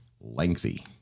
lengthy